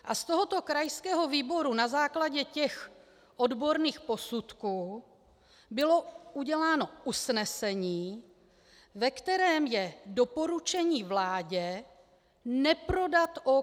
A z tohoto krajského výboru na základě těch odborných posudků bylo uděláno usnesení, ve kterém je doporučení vládě neprodat OKD.